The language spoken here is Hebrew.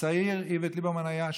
הצעיר איווט ליברמן היה שם.